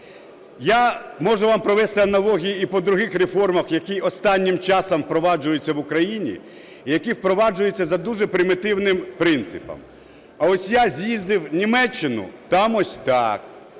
Я можу вам провести аналогію і по других реформах, які останнім часом впроваджуються в Україні, які впроваджуються за дуже примітивним принципом: а ось я з'їздив в Німеччину – там ось так,